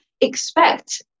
expect